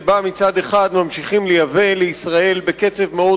שבה מצד אחד ממשיכים לייבא לישראל בקצב מאוד